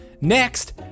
Next